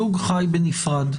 זוג חי בנפרד,